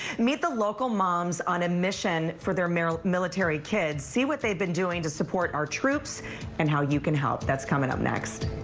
meet the local moms on a mission for their military kids. see what they've been doing to support our troops and how you can help. that's coming up next.